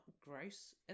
gross